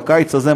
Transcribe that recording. בקיץ הזה,